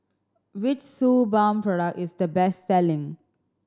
which Suu Balm product is the best selling